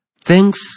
thanks